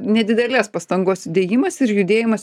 nedidelės pastangos įdėjimas ir judėjimas